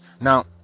now